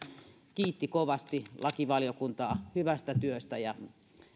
kiitti kovasti lakivaliokuntaa hyvästä työstä ja